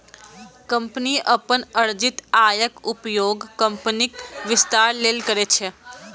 company अपन अर्जित आयक उपयोग कंपनीक विस्तार लेल करै छै